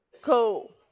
cool